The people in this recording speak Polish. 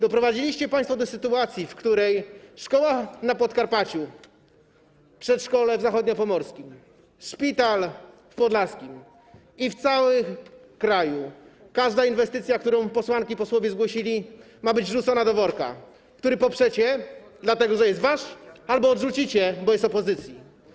Doprowadziliście państwo do sytuacji, w której szkoła na Podkarpaciu, przedszkole w Zachodniopomorskiem, szpital w Podlaskiem i każda inwestycja w całym kraju, którą posłanki, posłowie zgłosili, mają być wrzucone do worka, który poprzecie, dlatego że jest wasz, albo odrzucicie, bo jest opozycji.